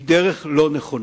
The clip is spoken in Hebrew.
היא דרך לא נכונה.